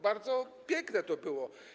Bardzo piękne to było.